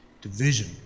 division